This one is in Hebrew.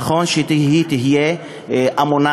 נכון שהיא תהיה אמונה,